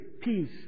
peace